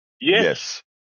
yes